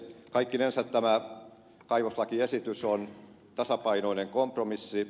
kaikkinensa tämä kaivoslakiesitys on tasapainoinen kompromissi